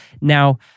Now